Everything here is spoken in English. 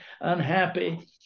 unhappy